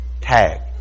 Tag